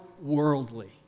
worldly